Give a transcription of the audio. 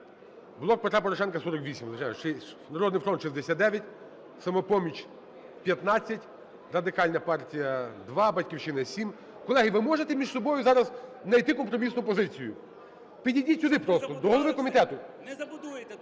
"Блок Петра Порошенка" – 48, "Народний фронт" – 69, "Самопоміч" – 15, Радикальна партія – 2, "Батьківщина" – 7. Колеги, ви можете між собою зараз найти компромісну позицію. Підійдіть сюди просто, до голови комітету.